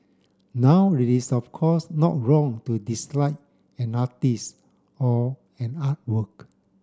now it is of course not wrong to dislike an artist or an artwork